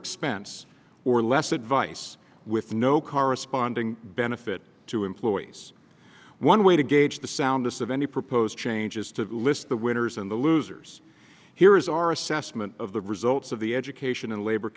expense or less advice with no corresponding benefit to employees one way to gauge the soundness of any proposed changes to list the winners and the losers here is our assessment of the results of the education and labor